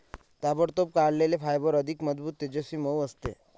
ताबडतोब काढलेले फायबर अधिक मजबूत, तेजस्वी, मऊ असते